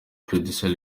producer